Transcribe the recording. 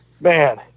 man